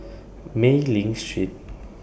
Mei Ling Street